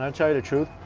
um tell you the truth